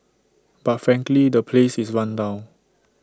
but frankly the place is run down